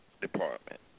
department